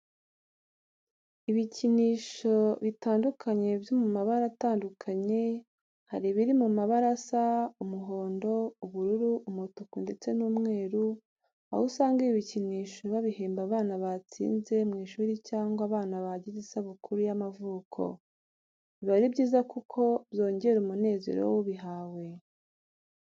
Ibicyinisho bitandukanye byo mu mabara atandukanye hari ibiri mu mabara asa umuhondo, ubururu, umutuku ndetse n'umweru aho usanga ibi bicyinisho babihemba abana batsinze mu ishuri cyangwa abana bajyize isabukuru y'amavuko. Biba ari byiza kuko byongera umunezero w'ubihawe.